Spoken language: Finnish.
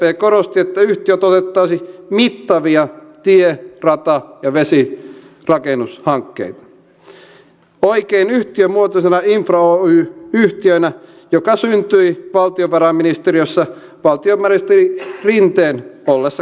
sdp korosti että yhtiö toteuttaisi mittavia tie rata ja vesirakennushankkeita oikein yhtiömuotoisena infra oy yhtiönä joka syntyi valtiovarainministeriössä valtiovarainministeri rinteen ollessa käskynhaltijana